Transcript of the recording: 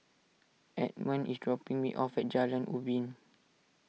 Edmond is dropping me off at Jalan Ubin